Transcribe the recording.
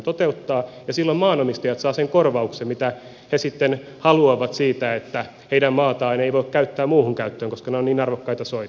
silloin maanomistajat saavat sen korvauksen mitä he haluavat siitä että heidän maataan ei voi käyttää muuhun käyttöön koska ne ovat niin arvokkaita soita